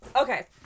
Okay